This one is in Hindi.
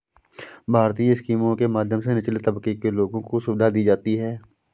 भारतीय स्कीमों के माध्यम से निचले तबके के लोगों को सुविधा दी जाती है